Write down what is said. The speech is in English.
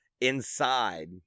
inside